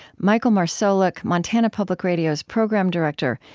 michael marsolek, montana public radio's program director,